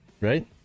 right